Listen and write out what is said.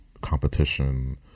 competition